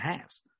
halves